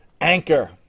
Anchor